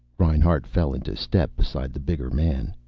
reinhart fell into step beside the bigger man.